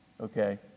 Okay